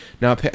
Now